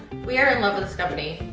we are in love with this company.